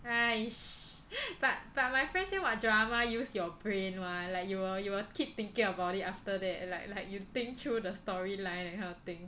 aish but but my friend say what drama use your brain [one] like you will you will keep thinking about it after that like like you think through the storyline that kind of thing